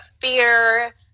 fear